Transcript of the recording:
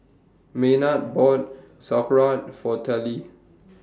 Maynard bought Sauerkraut For Tallie